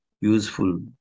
useful